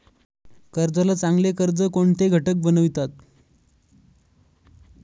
कर्जाला चांगले कर्ज कोणते घटक बनवितात?